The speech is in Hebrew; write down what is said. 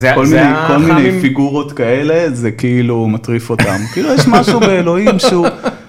כל מיני פיגורות כאלה, זה כאילו מטריף אותם, כאילו יש משהו באלוהים שהוא.